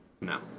no